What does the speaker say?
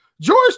George